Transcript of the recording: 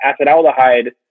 acetaldehyde